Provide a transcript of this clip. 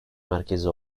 merkezi